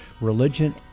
religion